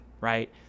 right